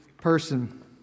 person